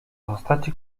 postaci